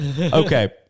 Okay